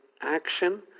action